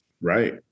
Right